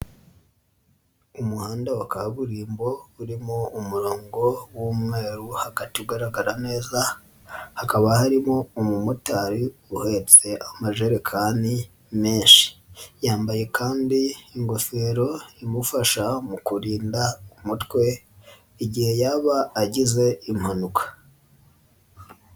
Umuhanda wa kaburimbo urimo umurongo w'umweru ha hagati ugaragara neza, hakaba harimo umumotari uhetse amajerekani menshi yambaye kandi ingofero imufasha mu kurinda umutwe igihe yaba agize impanuka.